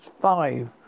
Five